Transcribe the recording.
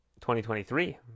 2023